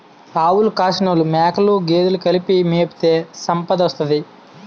ఆవులు కాసినోలు మేకలు గేదెలు కలిపి మేపితే సంపదోత్తది